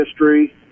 history